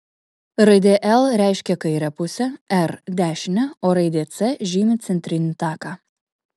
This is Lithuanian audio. raidė l reiškia kairę pusę r dešinę o raidė c žymi centrinį taką